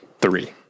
three